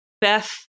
Beth